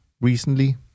recently